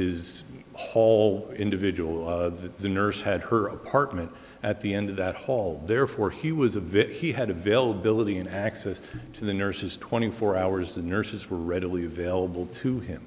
his whole individual that the nurse had her apartment at the end of that hall therefore he was a vip he had availability and access to the nurses twenty four hours the nurses were readily available to him